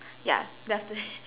ya then after that